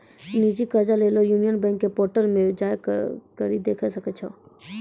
निजी कर्जा लेली यूनियन बैंक के पोर्टल पे जाय करि के देखै सकै छो